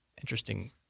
interesting